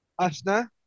Asna